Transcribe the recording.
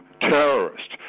terrorist